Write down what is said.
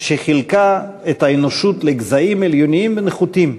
שחילקה את האנושות לגזעים עליונים ונחותים,